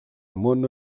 μόνο